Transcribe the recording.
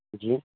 جی